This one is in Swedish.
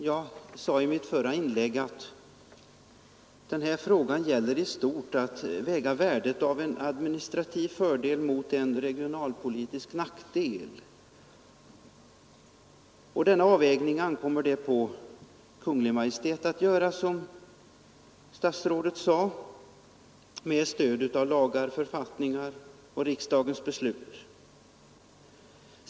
Jag sade i mitt förra inlägg att denna fråga i stort gäller att väga värdet av en administrativ fördel mot en regional nackdel. Som statsrådet sade så är inget beslut fattat, utan frågan utreds. Då ankommer det på Kungl. Maj:t att göra den avvägning som behövs med stöd av lagar, författningar och riksdagens beslut.